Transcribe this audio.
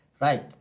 right